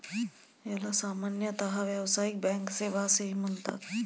याला सामान्यतः व्यावसायिक बँक सेवा असेही म्हणतात